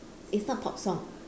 it's not pop song